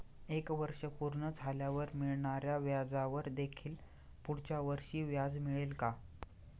एक वर्ष पूर्ण झाल्यावर मिळणाऱ्या व्याजावर देखील पुढच्या वर्षी व्याज मिळेल का?